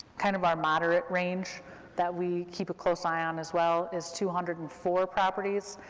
kind of our moderate range that we keep a close eye on, as well, is two hundred and four properties,